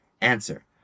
Answer